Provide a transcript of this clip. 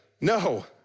No